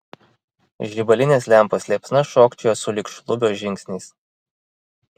žibalinės lempos liepsna šokčiojo sulig šlubio žingsniais